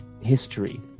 history